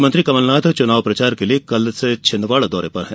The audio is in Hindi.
मुख्यमंत्री कमलनाथ चुनाव प्रचार के लिये कल से छिंदवाडा दौरे पर हैं